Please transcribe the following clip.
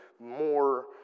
more